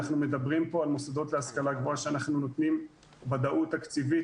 אנחנו מדברים פה על מוסדות להשכלה גבוהה שאנחנו נותנים ודאות תקציבית,